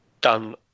done